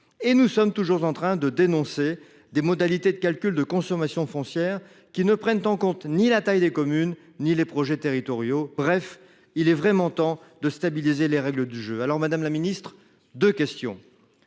et nous sommes toujours en train de dénoncer des modalités de calcul de consommation foncière qui ne prennent en compte ni la taille des communes ni les projets territoriaux… Bref, il est vraiment temps de stabiliser les règles du jeu. Madame la ministre, je vous